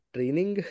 Training